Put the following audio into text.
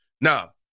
Now